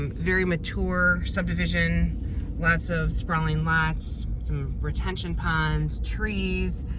very mature subdivision lots of sprawling lots. some retention ponds, trees.